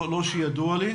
לא שידוע לי.